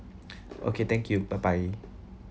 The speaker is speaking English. okay thank you bye bye